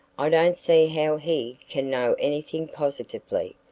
i don't see how he can know anything positively.